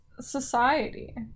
society